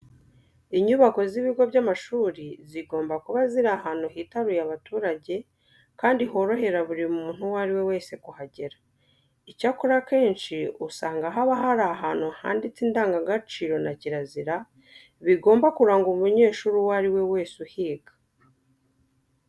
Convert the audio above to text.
Inyubako z'ibigo by'amashuri zigomba kuba ziri ahantu hitaruye abaturage kandi horohera buri muntu uwo ari we wese kuhagera. Icyakora akenshi usanga haba hari ahantu banditse indangagaciro na kirazira bigomba kuranga umunyeshuri uwo ari we wese uhiga.